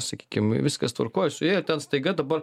sakykim viskas tvarkoj su ja ir ten staiga dabar